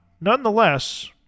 nonetheless